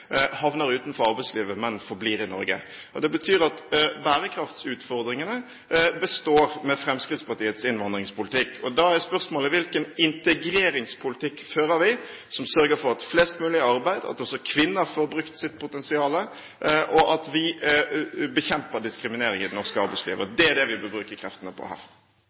havner utenfor arbeidslivet, men forblir i Norge. Det betyr at bærekraftsutfordringene består med Fremskrittspartiets innvandringspolitikk. Da er spørsmålet: Hvilken integreringspolitikk fører vi som sørger for at flest mulig er i arbeid, at også kvinner får brukt sitt potensial, og at vi bekjemper diskriminering i det norske arbeidsliv? Det er det vi bør bruke kreftene på